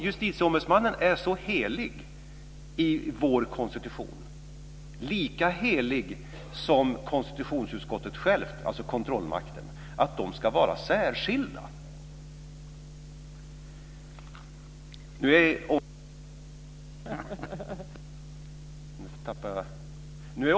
Justitieombudsmannen är så helig i vår konstitution - lika helig som konstitutionsutskottet självt, alltså kontrollmakten - att där ska vara särskillnad.